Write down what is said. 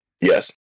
Yes